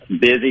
busy